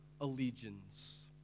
allegiance